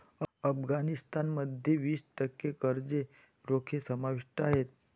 अफगाणिस्तान मध्ये वीस टक्के कर्ज रोखे समाविष्ट आहेत